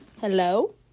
Hello